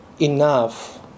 enough